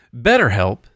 BetterHelp